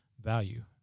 value